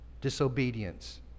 disobedience